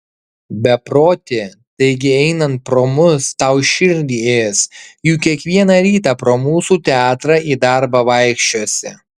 beproti taigi einant pro mus tau širdį ės juk kiekvieną rytą pro mūsų teatrą į darbą vaikščiosi